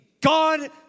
God